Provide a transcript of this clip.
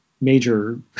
major